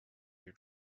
your